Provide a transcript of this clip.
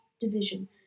Division